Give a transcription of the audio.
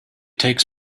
takes